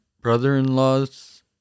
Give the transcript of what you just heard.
brother-in-law's